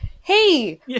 hey